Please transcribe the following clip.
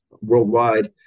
worldwide